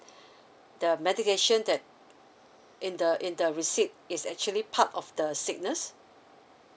the medication that in the in the receipt is actually part of the sickness